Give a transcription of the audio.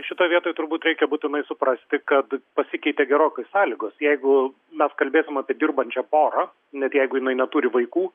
šitoj vietoj turbūt reikia būtinai suprasti kad pasikeitė gerokai sąlygos jeigu mes kalbėsim apie dirbančią porą net jeigu jinai neturi vaikų